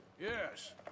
Yes